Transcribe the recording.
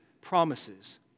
promises